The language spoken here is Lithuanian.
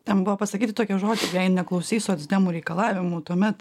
ten buvo pasakyti tokie žodžiai jei neklausys socdemų reikalavimų tuomet